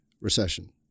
recession